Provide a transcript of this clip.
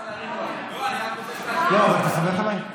לא, אני רק אומר לך, לא, אבל אתה סומך עליי?